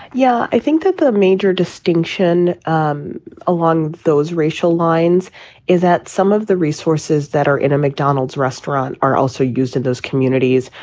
yeah, i think that the major distinction um along those racial lines is that some of the resources that are in a mcdonald's restaurant are also used in those communities.